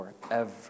forever